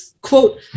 quote